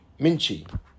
minchi